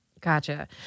Gotcha